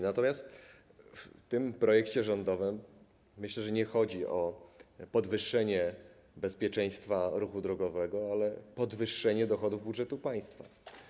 Natomiast myślę, że w tym projekcie rządowym nie chodzi o podwyższenie bezpieczeństwa ruchu drogowego, ale podwyższenie dochodów budżetu państwa.